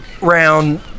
round